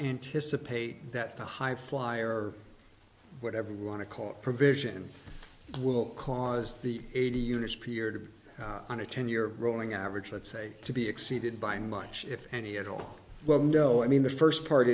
anticipate that the high flyer whatever you want to call provision will cause the eighty units per year to be on a ten year rolling average i'd say to be exceeded by much if any at all well no i mean the first part